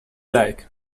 like